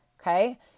okay